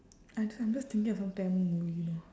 I j~ I'm just thinking of some tamil movie you know